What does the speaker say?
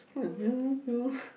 what you you